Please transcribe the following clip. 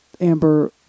Amber